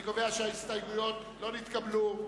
אני קובע שההסתייגויות של חבר הכנסת אדרי לא נתקבלו.